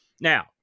Now